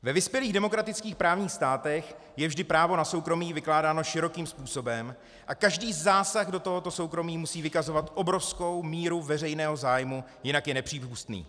Ve vyspělých demokratických právních státech je vždy právo na soukromí vykládáno širokým způsobem a každý zásah do tohoto soukromí musí vykazovat obrovskou míru veřejného zájmu, jinak je nepřípustný.